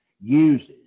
uses